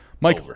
Mike